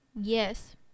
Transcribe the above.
Yes